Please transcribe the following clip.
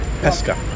Pesca